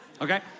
Okay